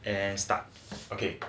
and start okay